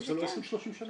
אבל זה לא 30-20 שנה.